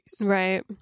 Right